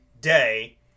Day